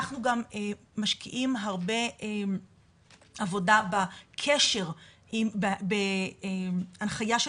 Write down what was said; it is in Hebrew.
אנחנו גם משקיעים הרבה עבודה בקשר ובהנחיה של